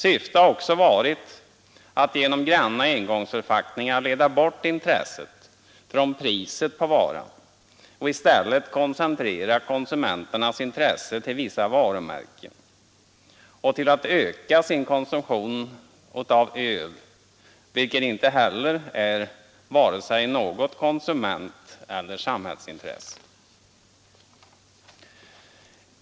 Syftet har också varit att genom granna engångsförpackningar leda bort intresset från priset på varan och i stället koncentrera konsumenternas intresse till vissa varumärken och till att öka konsumtionen av öl, vilket inte är vare sig ett konsumentintresse eller ett samhällsintresse.